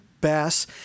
Bass